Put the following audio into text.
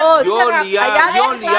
--- יוליה, יוליה.